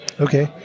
Okay